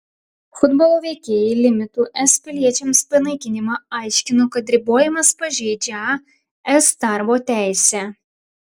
futbolo veikėjai limitų es piliečiams panaikinimą aiškino kad ribojimas pažeidžią es darbo teisę